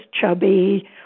chubby